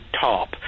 top